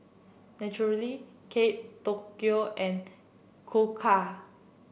Naturel Kate Tokyo and Koka